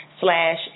slash